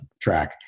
track